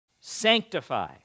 Sanctify